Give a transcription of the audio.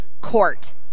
court